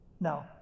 no